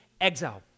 exile